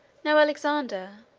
now alexander,